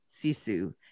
Sisu